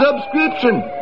subscription